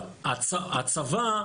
הצבא,